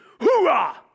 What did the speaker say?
hoorah